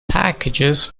packages